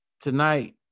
Tonight